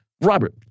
Robert